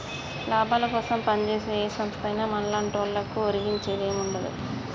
లాభాలకోసం పంజేసే ఏ సంస్థైనా మన్లాంటోళ్లకు ఒరిగించేదేముండదు